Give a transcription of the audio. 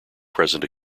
present